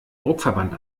druckverband